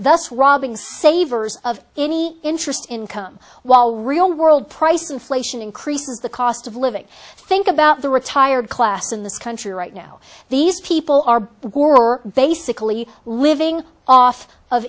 thus robbing savers of any interest income while real world price inflation increases the cost of living think about the retired class in this country right now these people are basically living off of